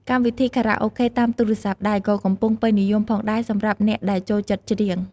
កម្មវិធីខារ៉ាអូខេតាមទូរស័ព្ទដៃ ក៏កំពុងពេញនិយមផងដែរសម្រាប់អ្នកដែលចូលចិត្តច្រៀង។